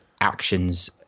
actions